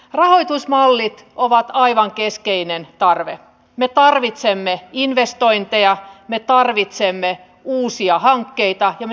valtioneuvoston kanslian eu asioiden osaston lausunnon mukaan jäsenvaltiokohtaiset poikkeukset ovat hyvin harvinaisia eu lainsäädännössä